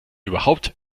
überhaupt